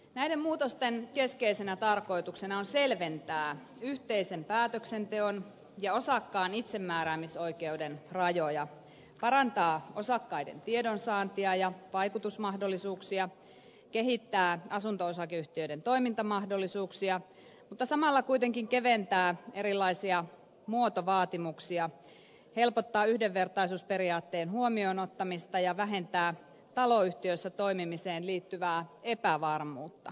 näiden muutosten keskeisenä tarkoituksena on selventää yhteisen päätöksenteon ja osakkaan itsemääräämisoikeuden rajoja parantaa osakkaiden tiedonsaantia ja vaikutusmahdollisuuksia kehittää asunto osakeyhtiöiden toimintamahdollisuuksia mutta samalla kuitenkin keventää erilaisia muotovaatimuksia helpottaa yhdenvertaisuusperiaatteen huomioon ottamista ja vähentää taloyhtiöissä toimimiseen liittyvää epävarmuutta